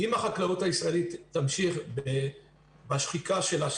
אם החקלאות הישראלית תמשיך בשחיקה שלה,